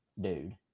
dude